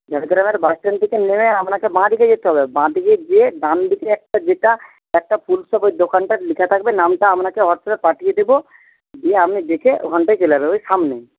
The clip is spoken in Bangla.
ঝাড়গ্রামের বাস স্ট্যান্ড থেকে নেমে আপনাকে বাঁ দিকে যেতে হবে বাঁ দিকে গিয়ে ডান দিকে একটা যেটা একটা ফুল শপের দোকানটা লেখা থাকবে নামটা আপনাকে হোয়াটসঅ্যাপে পাঠিয়ে দেব দিয়ে আপনি দেখে ওখানটায় চলে যাবেন ওই সামনেই